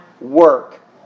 work